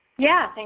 yeah,